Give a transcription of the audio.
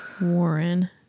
Warren